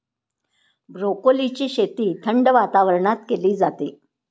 ब्रोकोलीची शेती थंड वातावरणात केली जाते